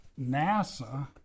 NASA